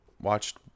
watched